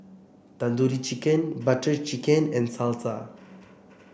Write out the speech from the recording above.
Tandoori Chicken Butter Chicken and Salsa